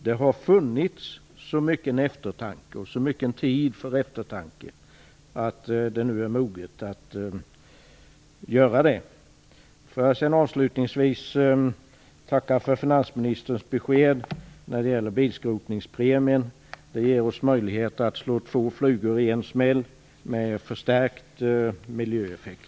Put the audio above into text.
Det har funnits så mycken eftertanke och så mycket tid för eftertanke att tiden nu är mogen att göra något. Avslutningsvis vill jag tacka för finansministerns besked när det gäller bilskrotningspremien. Det ger oss möjlighet att slå två flugor i en smäll med förstärkt miljöeffekt.